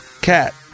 Cat